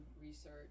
research